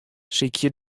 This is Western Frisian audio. sykje